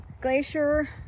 Glacier